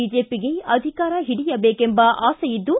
ಬಿಜೆಒಗೆ ಅಧಿಕಾರ ಹಿಡಿಯಬೇಕೆಂಬ ಆಸೆ ಇದ್ದು